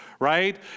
right